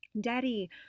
Daddy